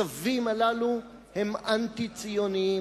הצווים הללו הם אנטי-ציוניים.